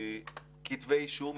כתבי אישום.